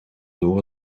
door